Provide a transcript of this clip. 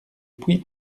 puy